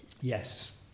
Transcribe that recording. Yes